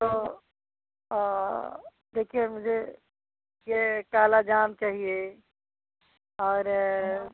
तो देखिए मुझे ए काला जाम चाहिए और